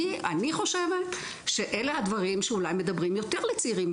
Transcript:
אני חושבת שאלה הדברים שאולי מדברים יותר אל צעירים,